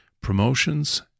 Promotions